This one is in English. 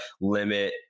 limit